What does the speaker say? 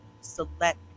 select